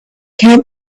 came